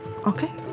Okay